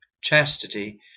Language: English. chastity